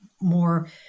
more